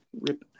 Rip